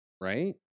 right